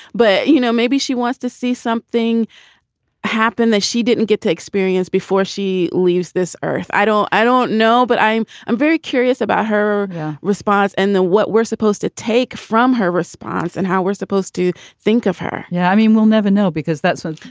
but, you know, maybe she wants to see something happen that she didn't get to experience before she leaves this earth. i don't. i don't know. but i'm i'm very curious about her response and what we're supposed to take from her response and how we're supposed to think of her yeah, i mean, we'll never know because that's what